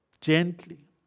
gently